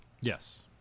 Yes